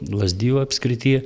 lazdijų apskrity